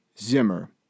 Zimmer